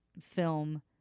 film